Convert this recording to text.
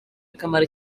akamaro